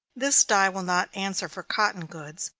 this dye will not answer for cotton goods,